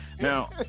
Now